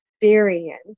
experience